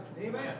Amen